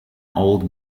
old